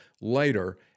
later